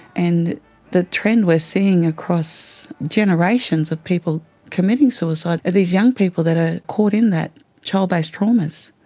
and the trend we are seeing across generations of people committing suicide are these young people that are caught in that child-based traumas